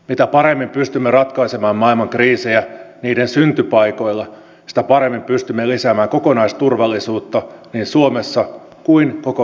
mitä paremmin pystymme ratkaisemaan maailman kriisejä niiden syntypaikoilla sitä paremmin pystymme lisäämään kokonaisturvallisuutta niin suomessa kuin koko maailmassa